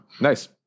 Nice